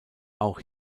auch